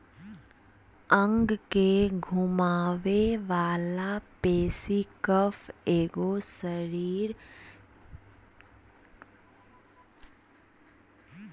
अंग के घुमावे वाला पेशी कफ एगो शरीर रचना शब्द होबो हइ